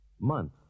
Month